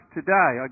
today